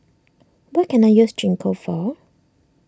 what can I use Gingko for